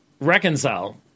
reconcile